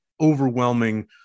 overwhelming